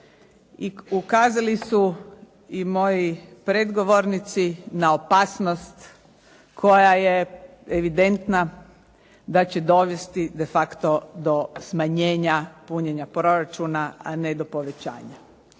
ukazali su i moji predgovornici na opasnost koja je evidentna da će dovesti de facto do smanjenja punjenja proračuna, a ne do povećanja.